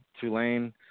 Tulane